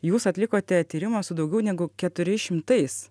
jūs atlikote tyrimą su daugiau negu keturi šimtais